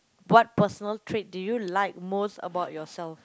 what personal trait do you like most about yourself